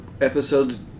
episodes